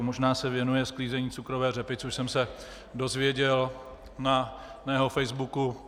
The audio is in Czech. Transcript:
Možná se věnuje sklízení cukrové řepy, což jsem se dozvěděl na jeho facebooku.